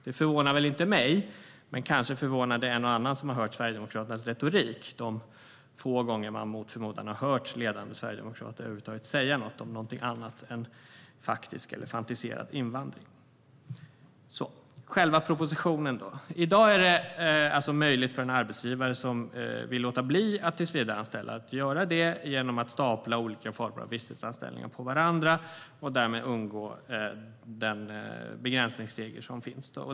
Det förvånar väl inte mig, men kanske förvånar det en och annan som hört partiets retorik om de mot förmodan ett fåtal gånger över huvud taget hört ledande sverigedemokrater säga något om någonting annat än faktisk eller fantiserad invandring. Jag övergår till själva propositionen. I dag är det möjligt för en arbetsgivare att låta bli att tillsvidareanställa genom att stapla olika former av visstidsanställningar på varandra och därmed undgå den begränsningsregel som finns.